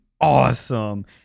awesome